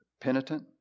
penitent